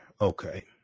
Okay